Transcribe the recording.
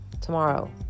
tomorrow